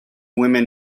women